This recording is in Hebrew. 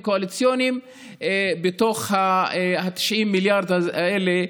קואליציוניים בתוך ה-90 מיליארד האלה,